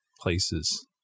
places